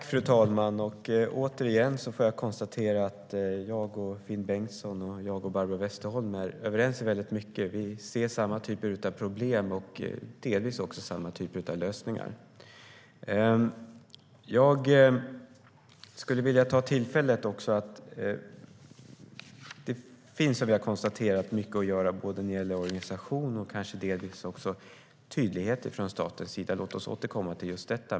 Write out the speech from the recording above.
Fru talman! Återigen får jag konstatera att jag och Finn Bengtsson och jag och Barbro Westerholm är överens om väldigt mycket. Vi ser samma typer av problem och delvis också samma typer av lösningar. Det finns, som vi har konstaterat, mycket att göra när det gäller organisation och kanske delvis tydlighet från statens sida. Låt oss återkomma till just detta.